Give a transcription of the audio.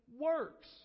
works